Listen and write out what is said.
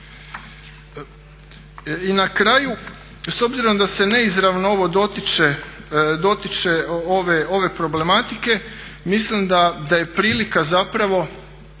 I na kraju, s obzirom da se neizravno ovo dotiče ove problematike, mislim da je prilika zapravo